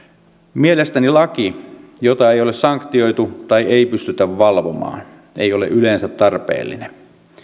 mielestäni laki jota ei ole sanktioitu tai ei pystytä valvomaan ei ole yleensä tarpeellinen